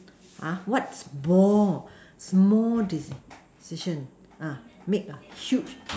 what bore small decision make a huge